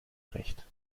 recht